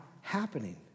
happening